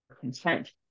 consent